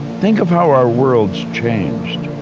think of how our world's changed.